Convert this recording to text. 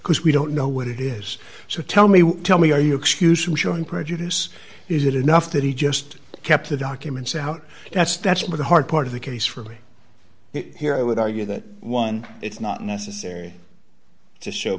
because we don't know what it is so tell me tell me are you excuse me showing prejudice is it enough that he just kept the documents out that's that's what the hard part of the case for me here i would argue that one it's not necessary to show